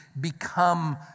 become